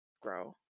grow